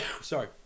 sorry